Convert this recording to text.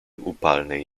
upalnej